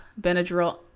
Benadryl